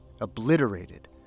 obliterated